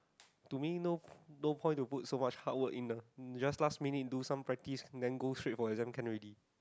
to me no no point to put so much hardwork in ah just last minute do some practice and then go straight for exam can already